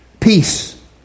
peace